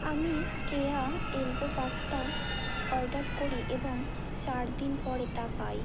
আমি কেয়া elbow pasta order করি এবং চার দিন পরে তা পাই